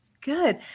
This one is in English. good